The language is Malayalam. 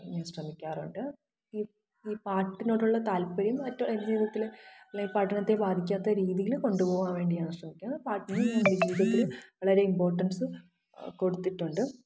ഞാന് ശ്രമിക്കാറുണ്ട് ഇ ഈ പാട്ടിനോടുള്ള താല്പ്പര്യം മറ്റ് എന്റെ ജീവിതത്തിൽ അല്ലെങ്കിൽ പഠനത്തെ ബാധിക്കാത്ത രീതിയില് കൊണ്ടുപോകാൻ വേണ്ടിയാണ് ഞാൻ ശ്രമിക്കുന്നത് പാട്ടിന് എന്റെ ജീവിതത്തില് വളരെ ഇമ്പോര്ട്ടന്സ് കൊടുത്തിട്ടുണ്ട്